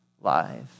life